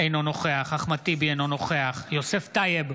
אינו נוכח אחמד טיבי, אינו נוכח יוסף טייב,